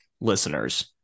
listeners